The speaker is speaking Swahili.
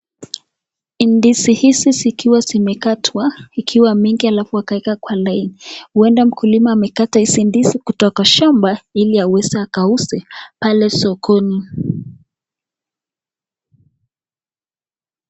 Ndizi hizi zikiwa zimekatwa ikiwa mingi alafu wakaeka kwa laini. Ueda mkulima amekata hizi ndizi kutoka shamba ili aweze akauze pale sokoni.